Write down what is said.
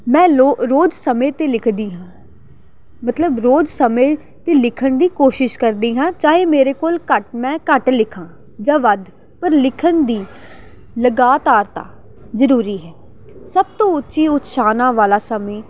ਮੈਂ ਲੋ ਰੋਜ਼ ਸਮੇਂ 'ਤੇ ਲਿਖਦੀ ਹਾਂ ਮਤਲਬ ਰੋਜ਼ ਸਮੇਂ 'ਤੇ ਲਿਖਣ ਦੀ ਕੋਸ਼ਿਸ਼ ਕਰਦੀ ਹਾਂ ਚਾਹੇ ਮੇਰੇ ਕੋਲ ਘੱਟ ਮੈਂ ਘੱਟ ਲਿਖਾਂ ਜਾਂ ਵੱਧ ਪਰ ਲਿਖਣ ਦੀ ਲਗਾਤਾਰਤਾ ਜ਼ਰੂਰੀ ਹੈ ਸਭ ਤੋਂ ਉੱਚੀ ਉਤਸ਼ਾਹਨਾ ਵਾਲਾ ਸਮੇਂ